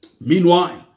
Meanwhile